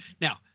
Now